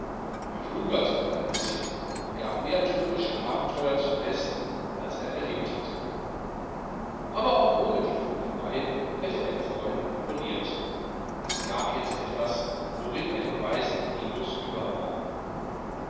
er flunkerte auch ein bischen und gab mehr tropische abenteuer zum besten als er erlebt hatte aber auch ohne die flunkereien hätte er dem freunde imponiert es gab jetzt etwas worin er dem weisen primus über war